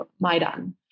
Maidan